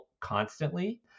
constantly